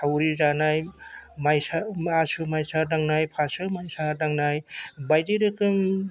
सावरि जानाय माइसा आसु माइसा दांनाय फारसो माइसा दांनाय बायदि रोखोम